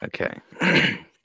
Okay